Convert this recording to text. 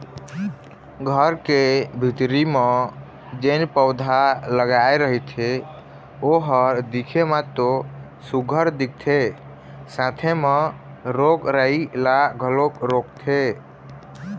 घर के भीतरी म जेन पउधा लगाय रहिथे ओ ह दिखे म तो सुग्घर दिखथे साथे म रोग राई ल घलोक रोकथे